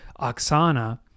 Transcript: oksana